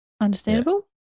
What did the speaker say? understandable